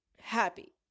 happy